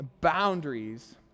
boundaries